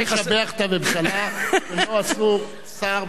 יש לשבח את הממשלה שלא עשו שר,